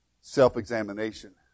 self-examination